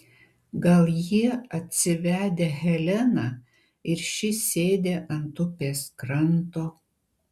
gal jie atsivedę heleną ir ši sėdi ant upės kranto